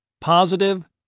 Positive